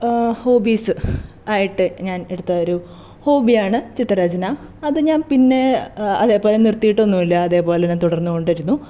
hobbies ആയിട്ട് ഞാൻ എടുത്ത ഒരു ഹോബിയാണ് ചിത്രരചന അത് ഞാൻ പിന്നെ അതേപോലെ നിർത്തിയിട്ട് ഒന്നുമില്ല അതേപോലെതന്നെ തുടർന്നുകൊണ്ടിരുന്നു